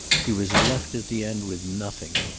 he was left at the end with nothing.